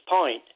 point